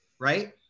Right